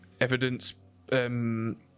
evidence